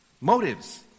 Motives